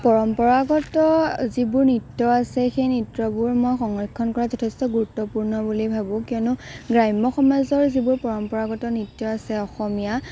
পৰম্পৰাগত যিবোৰ নৃত্য আছে সেই নৃত্যবোৰ মই সংৰক্ষণ কৰা যথেষ্ট গুৰুত্বপূৰ্ণ বুলি ভাবোঁ কিয়নো গ্ৰাম্য সমাজৰ যিবোৰ পৰম্পৰাগত নৃত্য আছে অসমীয়া